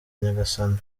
nyagasani